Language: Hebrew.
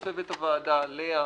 תודה.